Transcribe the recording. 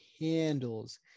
handles